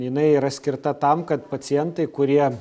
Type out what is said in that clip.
jinai yra skirta tam kad pacientai kurie